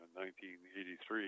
1983